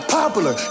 popular